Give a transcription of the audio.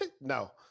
No